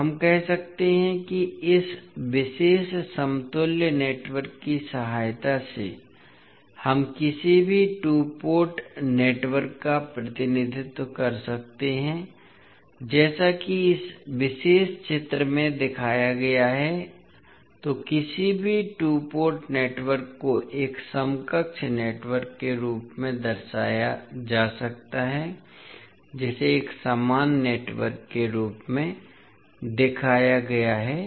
तो हम कह सकते हैं कि इस विशेष समतुल्य नेटवर्क की सहायता से हम किसी भी टू पोर्ट नेटवर्क का प्रतिनिधित्व कर सकते हैं जैसा कि इस विशेष चित्र में दिखाया गया है इसलिए किसी भी टू पोर्ट नेटवर्क को एक समकक्ष नेटवर्क के रूप में दर्शाया जा सकता है जिसे एक समान नेटवर्क के रूप में दिखाया गया है